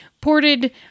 ported